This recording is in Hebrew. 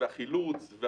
חילוץ,